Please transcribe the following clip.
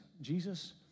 Jesus